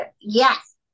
yes